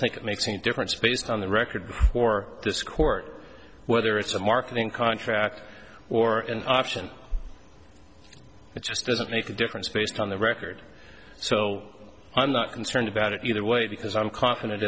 think it makes any difference based on the record for this court whether it's a marketing contract or an option it just doesn't make a difference based on the record so i'm not concerned about it either way because i'm confident